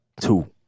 two